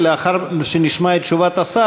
לאחר שנשמע את תשובת השר,